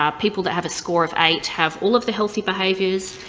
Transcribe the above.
um people that have a score of eight have all of the healthy behaviors,